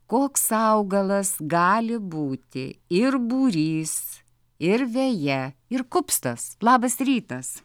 koks augalas gali būti ir būrys ir veja ir kupstas labas rytas